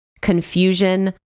confusion